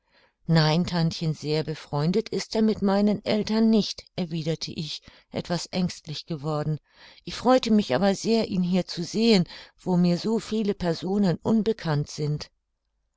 nein tantchen sehr befreundet ist er meinen eltern nicht erwiderte ich etwas ängstlich geworden ich freute mich aber sehr ihn hier zu sehen wo mir so viele personen unbekannt sind